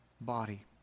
body